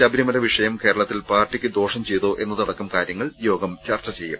ശബരിമല വിഷയം കേരളത്തിൽ പാർട്ടിക്ക് ദോഷ്ട് ചെയ്തോ എന്നതടക്കം കാര്യങ്ങൾ യോഗം ചർച്ച ചെയ്യും